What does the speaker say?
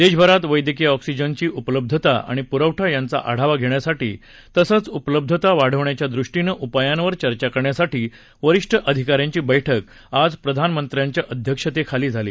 देशभरात वैद्यकीय ऑक्सीजनची उपलब्धता आणि पुरवठा याचा आढावा घेण्यासाठी तसंच उपलब्धता वाढवण्याच्या दृष्टीनं उपायावर चर्चा करण्यासाठी वरिष्ठ अधिकाऱ्यांची बैठक आज प्रधानमंत्र्यांच्या अध्यक्षतेखाली झाली